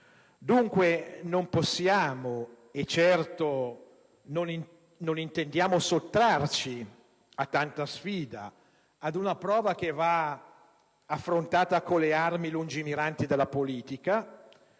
Dunque non possiamo - e certo non intendiamo - sottrarci a tanta sfida, ad una prova che va affrontata con le armi lungimiranti della politica,